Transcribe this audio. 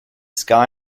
sky